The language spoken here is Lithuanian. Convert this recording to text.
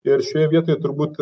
ir šioje vietoje turbūt